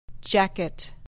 jacket